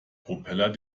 propeller